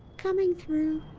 coming through.